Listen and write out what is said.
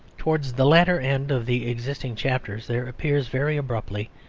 towards the latter end of the existing chapters there appears very abruptly,